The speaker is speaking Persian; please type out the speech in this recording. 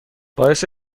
باعث